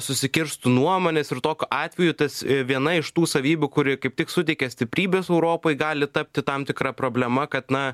susikirstų nuomonės ir tokiu atveju tas viena iš tų savybių kuri kaip tik suteikia stiprybės europai gali tapti tam tikra problema kad na